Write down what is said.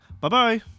bye-bye